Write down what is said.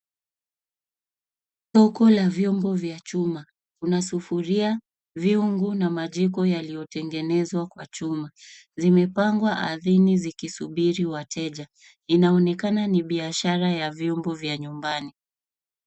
Soko la vyombo vya chuma. Kuna sufuria, vyungu na majiko yaliyotengenezwa kwa chuma. Zimepangwa ardhini zikisubiri wateja. Inaonekana ni biashara ya vyombo vya nyumbani.